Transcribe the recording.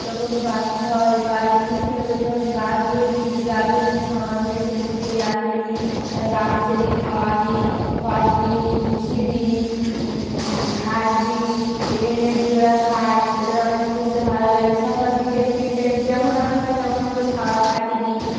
যখন বাচ্চা হয় বা এমনি সময় ওদের যখন গা ধুয়ে দিই গা ধুয়ে দিই সাবান দিয়ে শ্যাম্পু দিয়ে গা ধুয়ে দিই তারা গা মুছিয়ে দিই খাওয়া দিই খড় দিই ভুষি দিই ঘাস দিই এনে এনে দিই ওরা খায় ওদের অনেক পুষতে ভালো লাগে সকাল বিকেল তিন টাইম যেমন আমরা খাই তেমন ওদের খাওয়া খেতে দিই